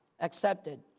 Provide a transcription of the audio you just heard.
accepted